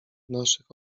naszych